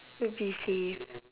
would be safe